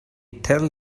tell